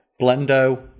Blendo